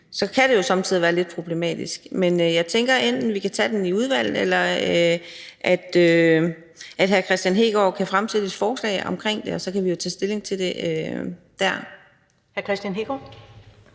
så kan det jo somme tider være lidt problematisk. Men jeg tænker, at vi enten kan tage den i udvalget, eller at hr. Kristian Hegaard kan fremsætte et forslag omkring det, og så kan vi jo tage stilling til det dér.